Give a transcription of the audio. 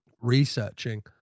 researching